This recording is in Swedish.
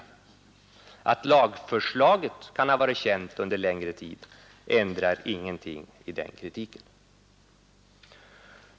Att lagförslaget kan ha varit känt under längre tid ändrar ingenting i den kritiken.